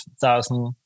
thousand